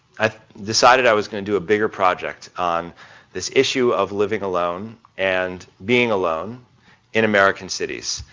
i decided i was going to do a bigger project, on this issue of living alone and being alone in american cities.